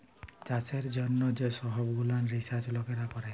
চাষের জ্যনহ যে সহব গুলান রিসাচ লকেরা ক্যরে